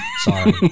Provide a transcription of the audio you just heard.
Sorry